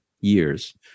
years